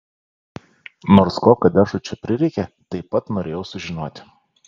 nors ko kadešui čia prireikė taip pat norėjau sužinoti